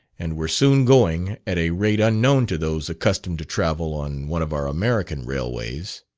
and were soon going at a rate unknown to those accustomed to travel on one of our american railways.